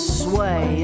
sway